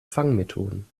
fangmethoden